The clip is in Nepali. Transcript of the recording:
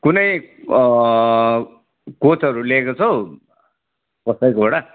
कुनै कोचहरू लिएको छौँ कसैकोबटा